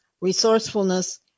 resourcefulness